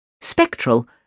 Spectral